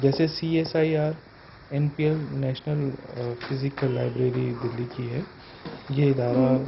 جیسے C S I R N P L National Physical Library Delhi کی ہے یہ ادارہ